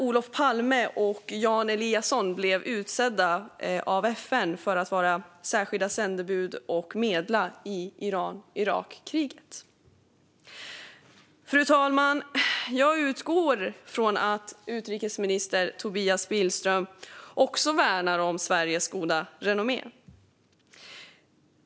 Olof Palme och Jan Eliasson blev utsedda av FN att vara särskilda sändebud och medla i kriget mellan Iran och Irak. Fru talman! Jag utgår från att utrikesminister Tobias Billström också värnar om Sveriges goda renommé.